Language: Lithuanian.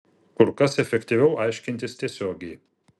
kur kas efektyviau aiškintis tiesiogiai